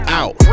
out